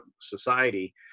society